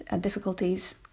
difficulties